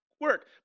work